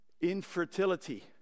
infertility